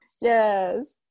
Yes